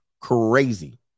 crazy